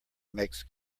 makes